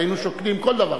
היינו שוקלים כל דבר.